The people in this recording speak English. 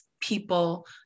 people